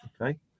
okay